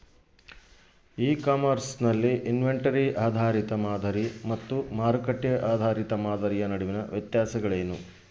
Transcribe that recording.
E commerce ನಲ್ಲಿ inventory ಆಧಾರಿತ ಮಾದರಿ ಮತ್ತು ಮಾರುಕಟ್ಟೆ ಆಧಾರಿತ ಮಾದರಿಯ ನಡುವಿನ ವ್ಯತ್ಯಾಸಗಳೇನು?